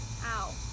Ow